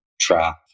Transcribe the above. trap